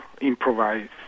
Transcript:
improvise